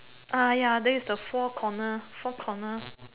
ya then is the four corner four corner